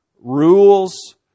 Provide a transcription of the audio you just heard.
rules